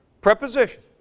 Preposition